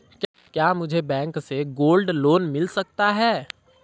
क्या मुझे बैंक से गोल्ड लोंन मिल सकता है?